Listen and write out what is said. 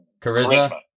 Charisma